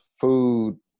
food